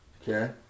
Okay